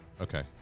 Okay